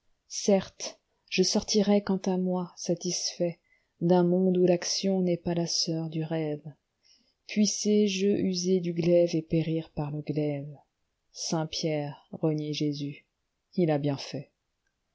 certes je sortirai quant à moi satisfaitd'un monde où l'action n'est pas la sœur du rêve puissé-je user du glaive et périr par le glaiveisaint pierre a renié jésus il a bien faitl